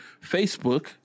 Facebook